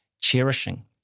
cherishing